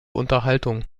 unterhaltung